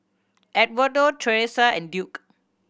Edwardo Teressa and Duke